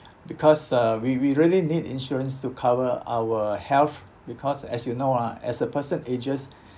because uh we we really need insurance to cover our health because as you know ah as a person ages